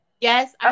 Yes